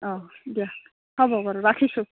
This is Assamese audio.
অঁ দিয়া হ'ব বাৰু ৰাখিছোঁ